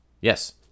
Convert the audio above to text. Yes